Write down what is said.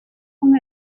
con